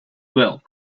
well